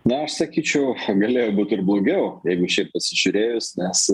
na aš sakyčiau galėjo būt ir blogiau jeigu šiaip pasižiūrėjus nes